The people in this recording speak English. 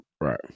right